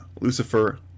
Lucifer